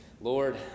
Lord